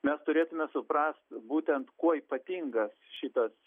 mes turėtume suprast būtent kuo ypatingas šitas